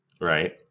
Right